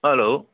hello